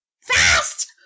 Fast